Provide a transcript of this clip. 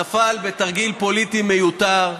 נפל בתרגיל פוליטי מיותר,